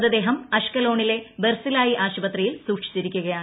മൃതദേഹം അഷ്കലോണിലെ ബെർസിലായി ആശുപത്രിയിൽ സൂക്ഷിച്ചിരിക്കുകയാണ്